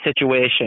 situation